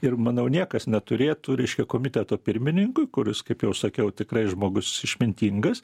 ir manau niekas neturėtų reiškia komiteto pirmininkui kuris kaip jau sakiau tikrai žmogus išmintingas